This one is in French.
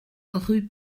rue